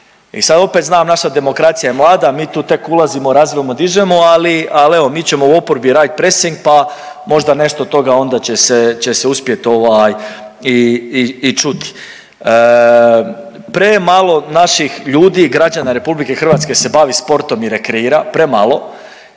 I sad opet znam naša demokracija je mlada mi tu tek ulazimo, razvijamo, dižemo, ali evo mi ćemo u oporbi raditi presing pa možda nešto od toga onda će se, će se uspjet ovaj i čut. Premalo naših ljudi i građana RH se bavi sportom i rekreira, premalo,